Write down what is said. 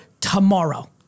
tomorrow